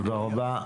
תודה רבה.